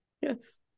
Yes